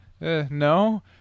no